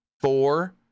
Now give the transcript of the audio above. four